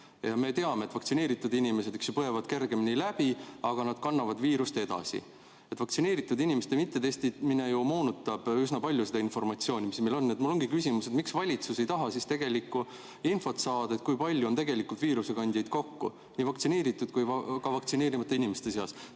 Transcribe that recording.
Me teame, et vaktsineeritud inimesed põevad kergemini läbi, aga nad kannavad viirust edasi. Vaktsineeritud inimeste mittetestimine moonutab üsna palju seda informatsiooni, mis meil on. Mul ongi küsimus, miks valitsus ei taha saada tegelikku infot, kui palju on viirusekandjaid kokku nii vaktsineeritud kui ka vaktsineerimata inimeste seas.